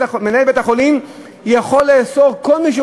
מנהל בית-החולים יכול לאסור על כל מי שהוא